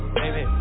baby